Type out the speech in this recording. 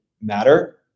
matter